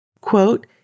quote